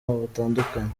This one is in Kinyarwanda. butandukanye